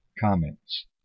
comments